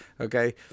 okay